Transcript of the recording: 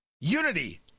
Unity